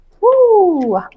Woo